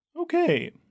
Okay